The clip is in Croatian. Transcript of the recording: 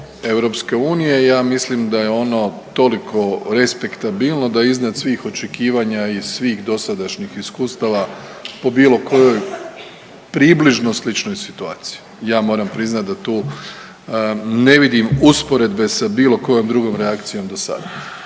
jedinstva EU, ja mislim da je ono toliko respektabilno da iznad svih očekivanja i svih dosadašnjih iskustava po bilo kojoj približno sličnoj situaciji. Ja moram priznat da tu ne vidim usporedbe sa bilo kojom reakcijom do sad.